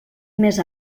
més